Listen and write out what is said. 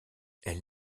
elle